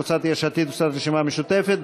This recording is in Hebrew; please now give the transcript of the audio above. יש עתיד והרשימה המשותפת.